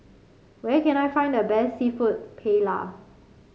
where can I find the best seafood Paella